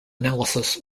analysis